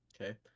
Okay